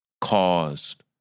caused